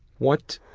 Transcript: what